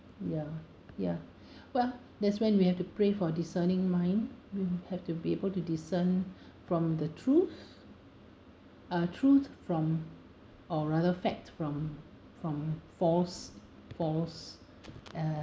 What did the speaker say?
ya ya well that's when we have to pray for a discerning mind we will have to be able to discern from the truth uh truth from or rather fact from from false false